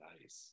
nice